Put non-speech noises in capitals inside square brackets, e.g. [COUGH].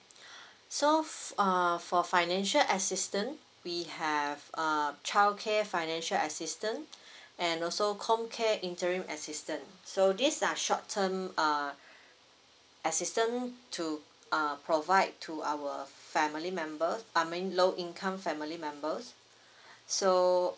[BREATH] so f~ err for financial assistance we have uh childcare financial assistance and also comcare interim assistance so these are short term err assistance to uh provide to our family member I mean low income family members so